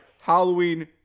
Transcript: Halloween